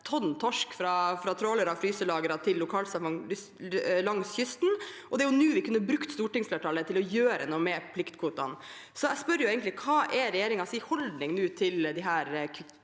tonn torsk fra trålere og fryselagre til lokalsamfunnene langs kysten. Så det er nå vi kunne brukt stortingsflertallet til å gjøre noe med pliktkvotene. Jeg spør egentlig: Hva er regjeringens holdning til